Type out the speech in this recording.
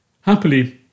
Happily